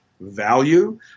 value